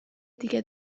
دیگه